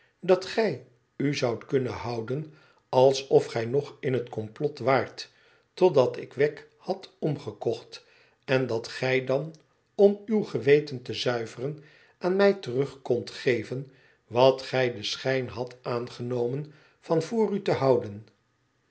dat gij u zoudt kunnen houden alsof gij nog in het komplot waart totdat ik wegg had omgekocht en dat gij dan om uw geweten te zuiveren aan mij terug kondt geven wat gij den schijn hadt aangenomen van voor u te houden